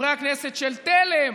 חברי הכנסת של תל"ם,